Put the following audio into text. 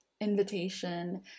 invitation